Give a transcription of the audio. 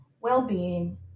well-being